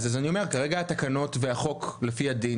כרגע התקנות והחוק לפי הדין,